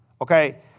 okay